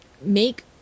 Make